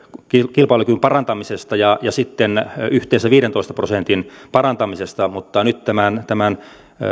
kilpailukyvyn parantamisesta ja sitten yhteensä viidentoista prosentin parantamisesta mutta nyt tämän tämän